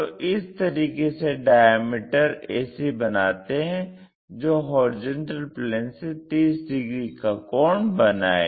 तो इस तरीके से डायामीटर ac बनाते हैं जो HP से 30 डिग्री का कोण बनाये